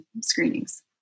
screenings